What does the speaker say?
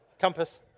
Compass